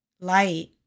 light